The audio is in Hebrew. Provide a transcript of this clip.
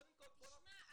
תשמע,